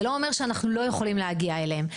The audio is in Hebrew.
זה לא אומר שאנחנו לא יכולים להגיע אליהם.